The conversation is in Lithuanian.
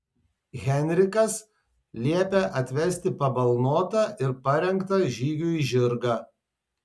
henrikas liepia atvesti pabalnotą ir parengtą žygiui žirgą